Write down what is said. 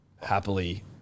happily